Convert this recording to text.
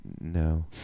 No